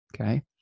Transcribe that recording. Okay